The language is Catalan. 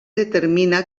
determina